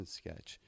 sketch